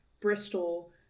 Bristol